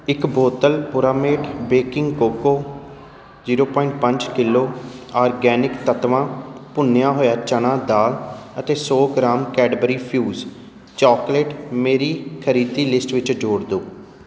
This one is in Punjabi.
ਇਕ ਬੋਤਲ ਪੁਰਾਮੇਟ ਬੇਕਿੰਗ ਕੋਕੋ ਜ਼ੀਰੋ ਪੁਆਇੰਟ ਪੰਜ ਕਿਲੋ ਆਰਗੈਨਿਕ ਤੱਤਵਾ ਭੁੰਨਿਆ ਹੋਇਆ ਚਨਾ ਦਾਲ ਅਤੇ ਸੌ ਗ੍ਰਾਮ ਕੈਡਬਰੀ ਫਿਊਜ਼ ਚਾਕਲੇਟ ਮੇਰੀ ਖਰੀਦੀ ਲਿਸਟ ਵਿੱਚ ਜੋੜ ਦਿਉ